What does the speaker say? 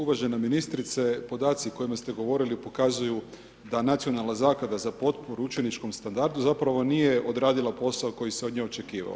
Uvažena ministrice, podaci o kojima ste govorili, pokazuju da nacionalna zaklada za potporu učeničkom standardu zapravo nije odradila posao koji se od nje očekivao.